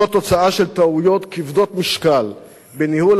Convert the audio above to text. זאת תוצאה של טעויות כבדות משקל בניהול